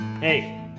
Hey